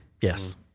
Yes